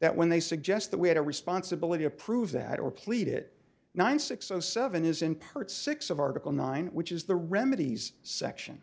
that when they suggest that we had a responsibility to prove that or plead it nine six seven is in part six of article nine which is the remedies section